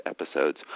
episodes